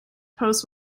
post